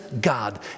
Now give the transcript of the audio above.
God